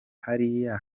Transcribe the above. hariya